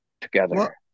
together